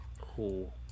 Cool